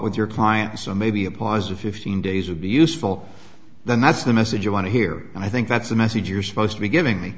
with your client so maybe a pause of fifteen days would be useful that's the message you want to hear and i think that's the message you're supposed to be giving me